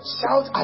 Shout